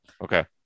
Okay